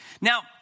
Now